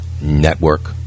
network